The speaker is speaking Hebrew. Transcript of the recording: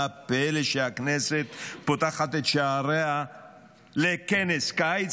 מה הפלא שהכנסת פותחת את שעריה לכנס קיץ